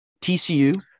TCU